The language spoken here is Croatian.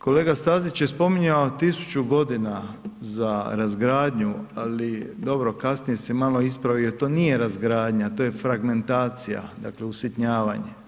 Kolega Stazić je spominjao tisuću godina za razgradnju, ali dobro kasnije se malo ispravio, to nije razgradnja to je fragmentacija dakle usitnjavanje.